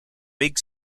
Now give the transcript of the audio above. big